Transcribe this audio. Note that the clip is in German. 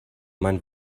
mein